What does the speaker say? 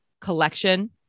collection